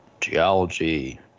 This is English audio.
geology